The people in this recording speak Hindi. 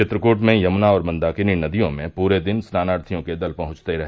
चित्रकूट में यमुना और मंदाकिनी नदियों में पूरे दिन स्नानार्थियों के दल पहंचते रहे